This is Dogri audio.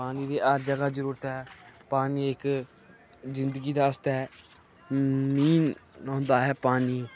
पानी दी हर जगह् जरूरत ऐ पानी इक जिंदगी आस्तै मेन होंदा ऐ पानी